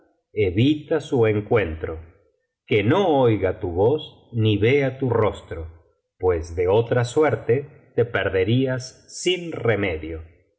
evita su encuentro que no oiga tu voz ni vea tu rostro pues de otra suerte te perderías sin remedio